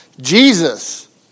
Jesus